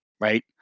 right